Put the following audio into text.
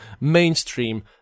mainstream